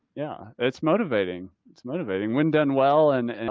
yeah, it's motivating. it's motivating when done well and, and,